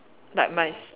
like my s~